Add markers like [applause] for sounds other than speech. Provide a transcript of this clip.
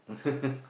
[laughs]